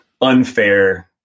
unfair